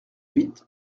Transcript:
huit